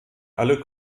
alle